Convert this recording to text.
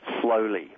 slowly